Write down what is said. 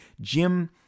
Jim